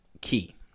key